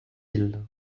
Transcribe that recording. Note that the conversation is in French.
ils